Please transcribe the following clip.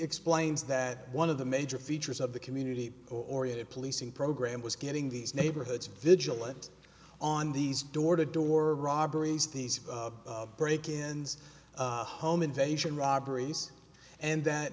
explains that one of the major features of the community oriented policing program was getting these neighborhoods vigilant on these door to door robberies these break ins home invasion robberies and that